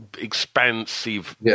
expansive